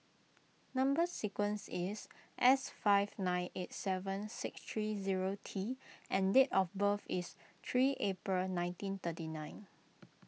Number Sequence is S five nine eight seven six three zero T and date of birth is three April nineteen thirty nine